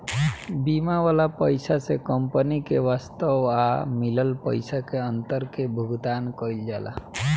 बीमा वाला पइसा से कंपनी के वास्तव आ मिलल पइसा के अंतर के भुगतान कईल जाला